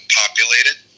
populated